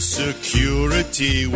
security